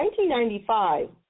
1995